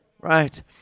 right